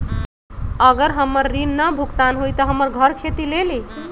अगर हमर ऋण न भुगतान हुई त हमर घर खेती लेली?